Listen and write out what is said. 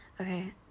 Okay